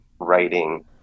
writing